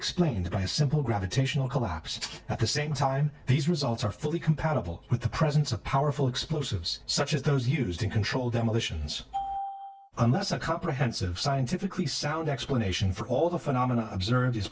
explained by a simple gravitational collapse at the same time these results are fully compatible with the presence of powerful explosives such as those used in controlled demolitions and that's a comprehensive scientifically sound explanation for all the phenomena observed is